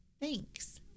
thanks